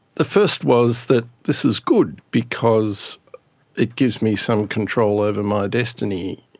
the first was that this is good because it gives me some control over my destiny,